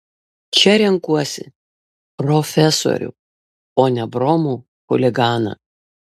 čia renkuosi profesorių o ne bromų chuliganą